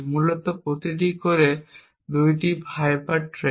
মূলত প্রতি কোরে 2টি হাইপার থ্রেড